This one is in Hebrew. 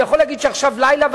הוא יכול להגיד שעכשיו לילה,